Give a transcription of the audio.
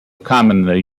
commonly